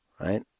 right